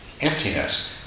emptiness